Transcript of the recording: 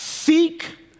Seek